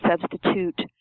substitute